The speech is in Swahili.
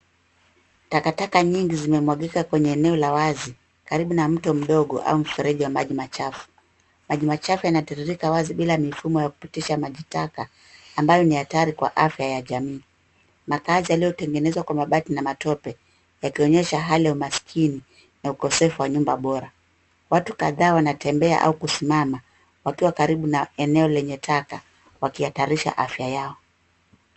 Takataka nyingi zimemwagika kwenye eneo la wazi karibu na mto mdogo labda mfereji wa maji machafu. Maji machafu yanatiririka wazi bila mifumo ya kupitisha maji taka ambayo ni hatari kwa afya ya jamii. Makazi yaliyotengenezwa kwa mabati na matope yakionyesha hali ya umaskini na ukosefu wa nyumba bora. Watu kadhaa wanatembea au kusimama wakiwa karibu na eneo lenye taka wakihadharisha afya yao.